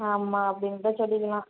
ஆமாம் அப்படின்னு கூட சொல்லிக்கலாம்